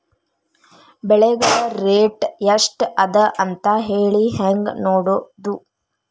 ಬೆಳೆಗಳ ರೇಟ್ ಎಷ್ಟ ಅದ ಅಂತ ಹೇಳಿ ಹೆಂಗ್ ನೋಡುವುದು?